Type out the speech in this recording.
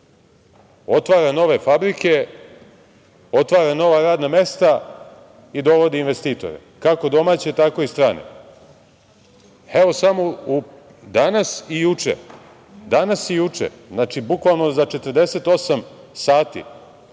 otvara nove fabrike, otvara nova radna mesta i dovodi investitore, kako domaće, tako i strane? Samo dana i juče, znači bukvalno za 48 sati